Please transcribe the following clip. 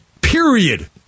period